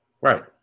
Right